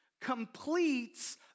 completes